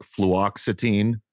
fluoxetine